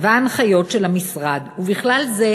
וההנחיות של המשרד, ובכלל זה